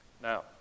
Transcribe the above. Now